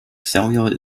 cellular